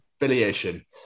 affiliation